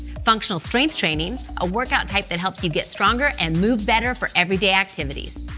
functional strength training, a workout type that helps you get stronger and move better for everyday activities.